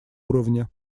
уровне